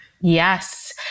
Yes